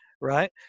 right